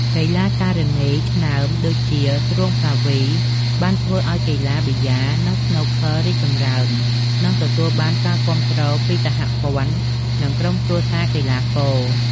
កីឡាការិនីឆ្នើម ដូចជា ស្រួង ភាវី បានធ្វើឲ្យកីឡាប៊ីយ៉ា និងស្នូកឃ័ររីកចម្រើន និងទទួលបានការគាំទ្រពីសហព័ន្ធ និងក្រុមគ្រួសារកីឡាករ។